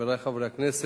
חברי חברי הכנסת,